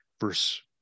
verse